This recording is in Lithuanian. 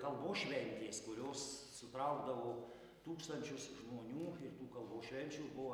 kalbos šventės kurios sutraukdavo tūkstančius žmonių ir tų kalbos švenčių buvo